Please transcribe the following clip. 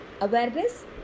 awareness